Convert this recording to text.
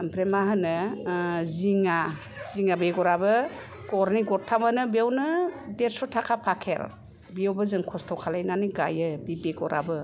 ओमफ्राय मा होनो ओह जिङा जिङा बेगराबो गरनै गरथामानो बेवनो देरस' थाखा फाकेट बेवबो जों खस्थ' खालायनानै गाइयो बे बेगराबो